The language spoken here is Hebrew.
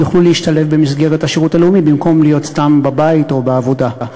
שיוכלו להשתלב במסגרת השירות הלאומי במקום להיות סתם בבית או בעבודה.